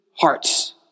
hearts